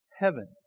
heaven